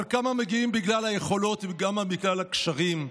אבל כמה מגיעים בגלל היכולת וכמה בגלל הקשרים?